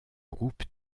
groupe